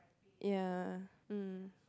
ya mm